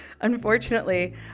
Unfortunately